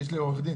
יש לי עורך דין.